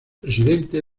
presidente